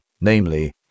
namely